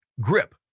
grip